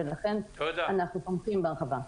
ולכן אנחנו תומכים בהרחבה.